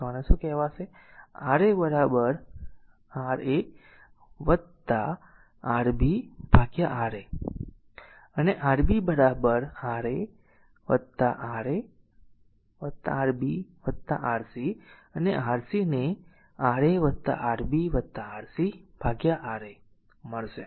તો આને શું મળશે કે રા a a a R a R a a અને Rb a a a R a R a અને Rc ને a a R a R a R a મળશે